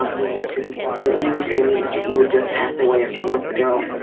um you mentioned the ellie family, mr. ellie just passed away a few months ago.